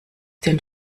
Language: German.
den